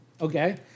Okay